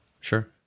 Sure